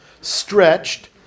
stretched